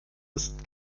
ist